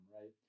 right